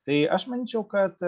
tai aš manyčiau kad